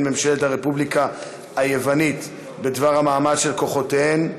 ממשלת הרפובליקה היוונית בדבר המעמד של כוחותיהן,